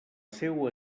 seua